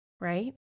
right